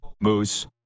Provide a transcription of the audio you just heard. Moose –